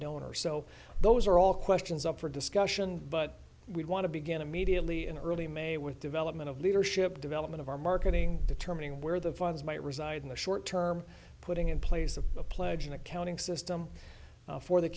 donor so those are all questions up for discussion but we want to begin immediately in early may with development of leadership development of our marketing determining where the funds might reside in the short term putting in place a pledge an accounting system for the